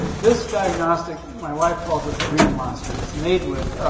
this diagnostic, my wife calls it the green monster. it's made with,